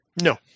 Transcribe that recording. No